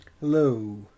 Hello